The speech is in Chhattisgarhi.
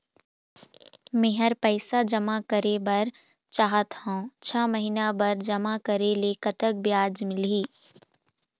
मे मेहर पैसा जमा करें बर चाहत हाव, छह महिना बर जमा करे ले कतक ब्याज मिलही?